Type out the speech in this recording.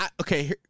Okay